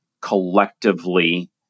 collectively